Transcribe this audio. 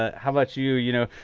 ah how much you you know,